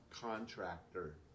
contractor